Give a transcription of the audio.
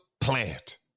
Plant